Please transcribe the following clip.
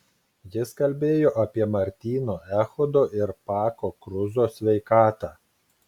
jis kalbėjo apie martyno echodo ir pako kruzo sveikatą